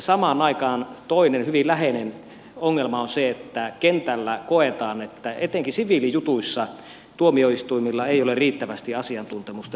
samaan aikaan toinen hyvin läheinen ongelma on se että kentällä koetaan että etenkin siviilijutuissa tuomioistuimilla ei ole riittävästi asiantuntemusta